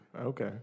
Okay